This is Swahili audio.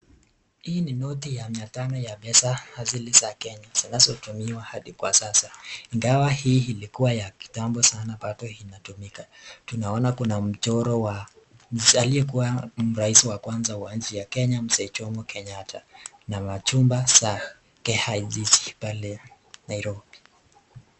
Hii ni noti ya mia Moja za pesa zile za Kenya, zinazotumiwa hadi kwa sasa, ingawa hii ilikuwa ya kitambo sanaa Bado inatumika, Tunaona kuna mchoro wa aliyekuwa Rais wa kwanza wa nchi ya Kenya Mzee Jomo Kenyatta na machumba za KICC pale Nairobi.